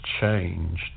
changed